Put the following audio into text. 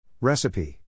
Recipe